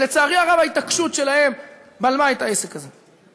לצערי הרב, ההתעקשות שלהם בלמה את העסק הזה.